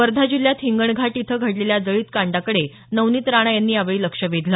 वर्धा जिल्ह्यात हिंगणघाट इथं घडलेल्या जळीत कांडाकडे नवनीत राणा यांनी यावेळी लक्ष वेधलं